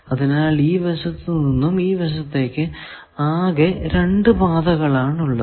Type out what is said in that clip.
അതിനാൽ ഈ വശത്തു നിന്നും ഈ വശത്തേക്ക് ആകെ രണ്ടു പാതകൾ ആണ് ഉള്ളത്